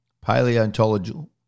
paleontological